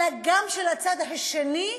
אלא גם של הצד השני,